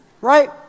right